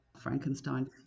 Frankenstein